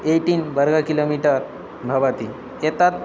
eighteen वर्ग kilometre भवति एतत्